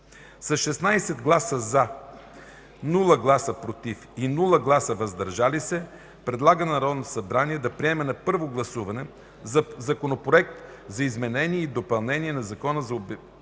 с 16 гласа „за”, 0 гласа „против” и 0 гласа „въздържали се” предлага на Народното събрание да приеме на първо гласуване Законопроект за изменение и допълнение на Закона за убежището